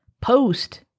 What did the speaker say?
Post